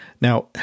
Now